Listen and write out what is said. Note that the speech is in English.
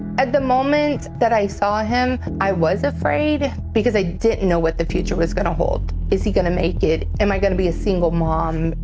at the moment that i saw him i was afraid, because i didn't know what the future was gonna hold. is he gonna make it? am i gonna be a single mom?